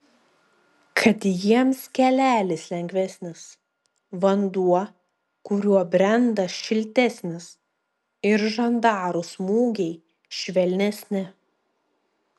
kad jiems kelelis lengvesnis vanduo kuriuo brenda šiltesnis ir žandarų smūgiai švelnesni